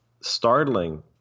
startling